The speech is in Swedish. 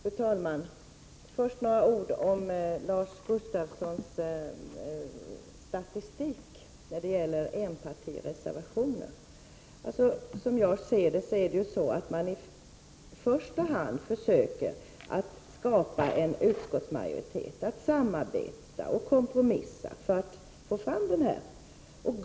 Fru talman! Jag vill först säga några ord om Lars Gustafssons statistik över enpartireservationer. Som jag ser det försöker man i utskottet i första hand skapa en utskottsmajoritet, och man samarbetar och kompromissar för att nå fram till den majoriteten.